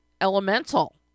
Elemental